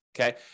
Okay